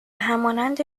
همانند